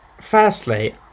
firstly